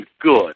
good